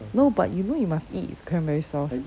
no but you know you must eat with cranberry sauce